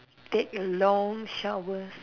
take a long shower